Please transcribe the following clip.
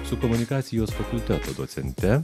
su komunikacijos fakulteto docente